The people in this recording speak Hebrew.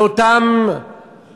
לאותם